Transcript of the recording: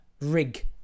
rig